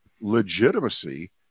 legitimacy